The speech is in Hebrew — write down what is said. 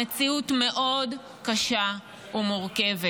המציאות קשה מאוד ומורכבת.